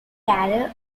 career